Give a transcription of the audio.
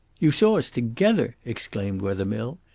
you saw us together? exclaimed wethermill.